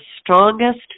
strongest